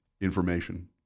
information